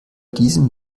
diesem